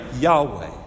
Yahweh